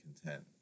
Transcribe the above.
content